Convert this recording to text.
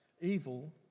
Evil